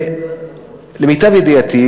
למיטב ידיעתי,